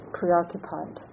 preoccupied